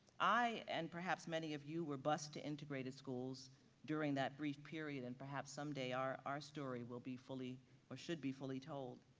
i and perhaps many of you were bused to integrated schools during that brief period, and perhaps someday our our story will be fully or should be fully told.